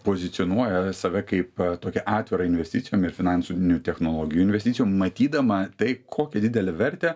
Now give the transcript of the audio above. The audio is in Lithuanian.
pozicionuoja save kaip tokią atvirą investicijom ir finansinių technologijų investicijom matydama tai kokią didelę vertę